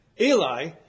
Eli